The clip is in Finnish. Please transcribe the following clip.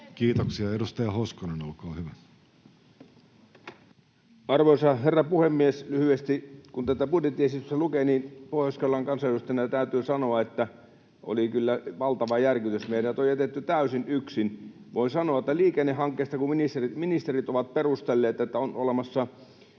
Time: 14:26 Content: Arvoisa herra puhemies! Lyhyesti. Kun tätä budjettiesitystä lukee, niin Pohjois-Karjalan kansanedustajana täytyy sanoa, että oli kyllä valtava järkytys. Meidät on jätetty täysin yksin, voin sanoa, liikennehankkeista. Ministerit ovat perustelleet, että on olemassa